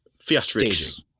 Theatrics